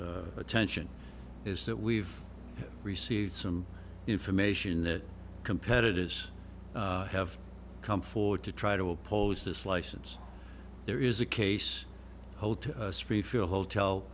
s attention is that we've received some information that competitors have come forward to try to oppose this license there is a case street feel hotel